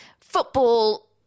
football